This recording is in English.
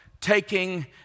taking